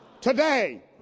today